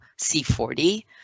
C40